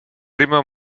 ritmo